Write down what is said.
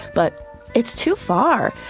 but it's too far,